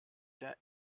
der